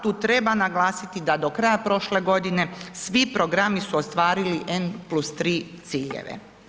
Tu treba naglasiti da do kraja prošle godine svi programi su ostvarili n+3 ciljeve.